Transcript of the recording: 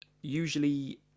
Usually